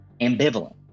ambivalent